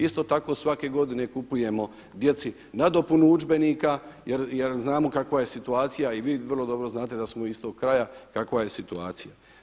Isto tako svake godine kupujemo djeci nadopunu udžbenika jer znamo kakva je situacija i vi vrlo dobro znate da smo iz tog kraja, kakva je situacija.